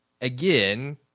again